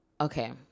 Okay